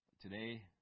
today